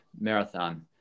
marathon